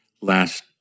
last